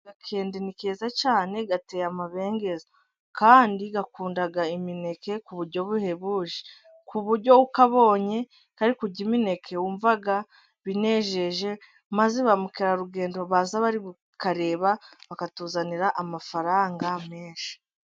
Agakendi ni keza cyane gateye amabengeza kandi gakunda imineke ku buryo buhebuje, ku buryo ukabonye Karikurya imineke wumva binejeje maze bamukerarugendo baza bari kukareba bakatuzanira amafaranga menshi.